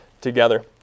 together